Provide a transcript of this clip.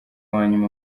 wanyuma